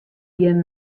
gjin